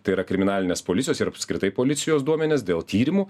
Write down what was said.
tai yra kriminalinės policijos ir apskritai policijos duomenys dėl tyrimų